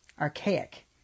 archaic